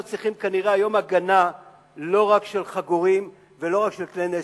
אנחנו צריכים היום כנראה הגנה לא רק של חגורים ולא רק של כלי נשק.